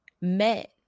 met